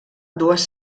dues